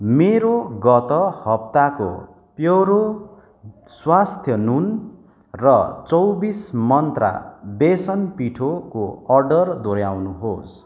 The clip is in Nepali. मेरो गत हप्ताको प्योरो स्वस्थ नुन र चौबिस मन्त्रा बेसन पिठोको अर्डर दोहोऱ्याउनुहोस्